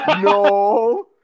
No